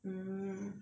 mm